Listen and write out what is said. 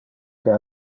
que